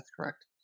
correct